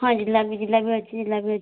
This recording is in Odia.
ହଁ ଜିଲାପି ଜିଲାପି ଅଛି ଜିଲାପି ଅଛି